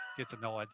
get to know it,